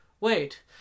wait